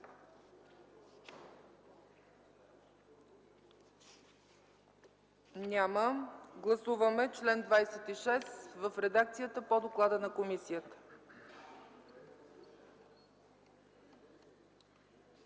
Няма. Гласуваме чл. 26 в редакцията по доклада на комисията.